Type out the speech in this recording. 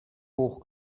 hoch